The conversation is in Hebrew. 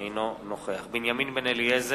אינו נוכח בנימין בן-אליעזר,